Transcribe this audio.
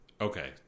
Okay